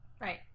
Right